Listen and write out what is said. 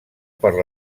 per